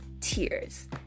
tears